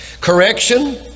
Correction